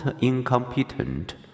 incompetent